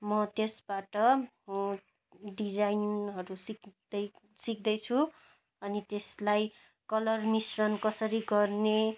म त्यसबाट डिजाइनहरू सिक्दै सिक्दैछु अनि त्यसलाई कलर मिश्रण कसरी गर्ने